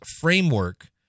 framework